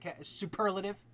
superlative